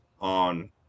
on